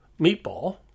Meatball